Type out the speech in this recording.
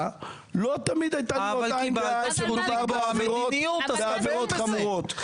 לא תמיד הייתה באותה עמדה כשמדובר בעבירות חמורות.